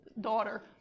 daughter